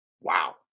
Wow